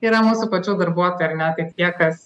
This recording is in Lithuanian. yra mūsų pačių darbuotojai ar ne kad tie kas